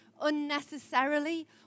unnecessarily